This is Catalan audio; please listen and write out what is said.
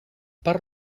per